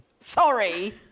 sorry